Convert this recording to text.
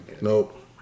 Nope